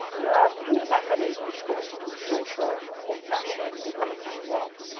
there are two mechanisms which constitute social compassion pity and love.